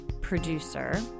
producer